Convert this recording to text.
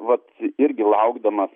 vat irgi laukdamas